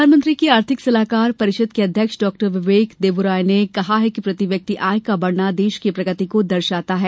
प्रधानमंत्री की आर्थिक सलाहकार परिषद की अध्यक्ष डॉक्टर बिबेक देबरॉय ने कहा कि प्रति व्यक्ति आय का बढ़ना देश की प्रगति को दर्शता है